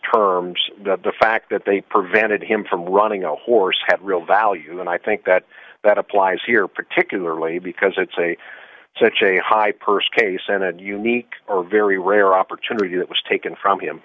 sturm the fact that they prevented him from running a horse had real value and i think that that applies here particularly because it's a such a high pursed case senate unique or very rare opportunity that was taken from him